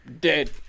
Dead